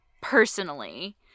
personally